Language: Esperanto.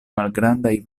malgrandaj